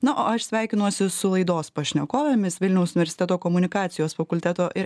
na o aš sveikinuosi su laidos pašnekovėmis vilniaus universiteto komunikacijos fakulteto ir